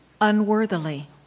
Unworthily